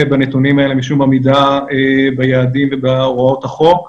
בנתונים האלה משום עמידה ביעדים ובהוראות החוק.